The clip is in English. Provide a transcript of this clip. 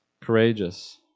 Courageous